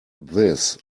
this